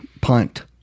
punt